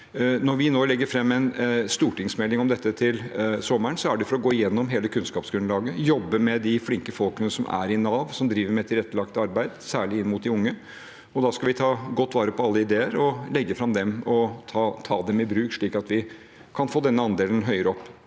Når vi nå legger fram en stortingsmelding om dette til sommeren, er det for å gå gjennom hele kunnskapsgrunnlaget, jobbe med de flinke folkene som er i Nav, som driver med tilrettelagt arbeid, særlig inn mot de unge. Da skal vi ta godt vare på alle ideer, legge dem fram og ta dem i bruk, slik at vi kan få denne andelen høyere opp.